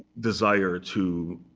desire to